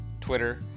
Twitter